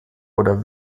oder